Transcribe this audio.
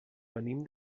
venim